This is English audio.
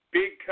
big